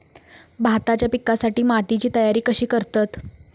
भाताच्या पिकासाठी मातीची तयारी कशी करतत?